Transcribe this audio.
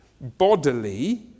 bodily